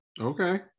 Okay